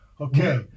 Okay